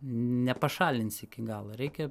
nepašalinsi iki galo reikia